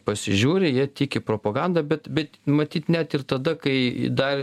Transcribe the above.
pasižiūri jie tiki propaganda bet bet matyt net ir tada kai dar